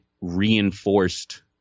reinforced